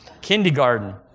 kindergarten